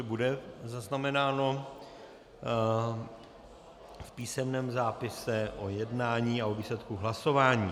Bude zaznamenáno v písemném zápise o jednání a o výsledku hlasování.